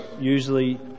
usually